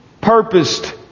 purposed